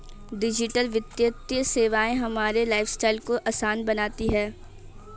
digital वित्तीय सेवाएं हमारे लाइफस्टाइल को आसान बनाती हैं